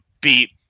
beat